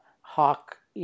hawk